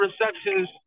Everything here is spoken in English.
receptions